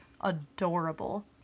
adorable